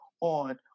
on